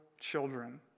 children